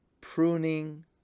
pruning